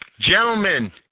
Gentlemen